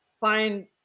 find